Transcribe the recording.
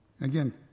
Again